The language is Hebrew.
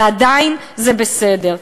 ועדיין זה בסדר.